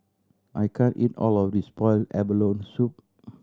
I can't eat all of this boiled abalone soup